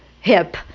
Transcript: hip